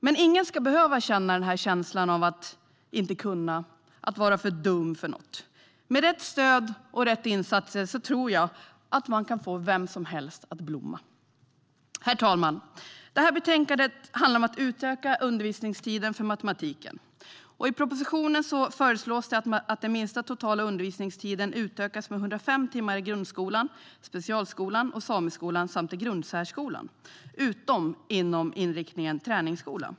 Men ingen ska behöva ha känslan av att inte kunna, att vara för dum för något. Med rätt stöd och insatser tror jag att man kan få vem som helst att blomma. Herr talman! Det här betänkandet handlar om att utöka undervisningstiden i matematik. I propositionen föreslås att den minsta totala undervisningstiden utökas med 105 timmar i grundskolan, specialskolan och sameskolan samt i grundsärskolan, utom inom inriktningen träningsskola.